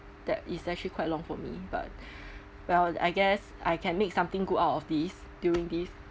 that is actually quite long for me but well I guess I can make something good out of this during this